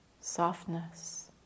softness